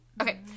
Okay